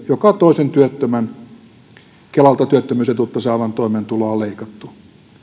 joka toisen kelalta työttömyysetuutta saavan työttömän toimeentuloa on leikattu